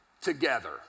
together